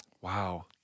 Wow